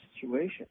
situation